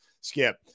Skip